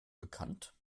bekannt